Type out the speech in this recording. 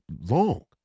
long